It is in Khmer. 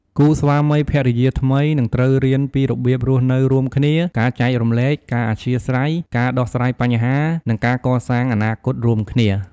គូស្វាមីភរិយាថ្មីនឹងត្រូវរៀនពីរបៀបរស់នៅរួមគ្នា ការចែករំលែក ការអធ្យាស្រ័យ ការដោះស្រាយបញ្ហា និងការកសាងអនាគតរួមគ្នា។